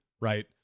Right